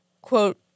quote